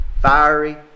fiery